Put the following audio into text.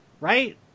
right